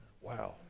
wow